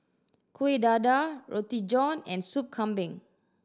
Kuih Dadar Roti John and Soup Kambing